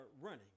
running